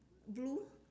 blue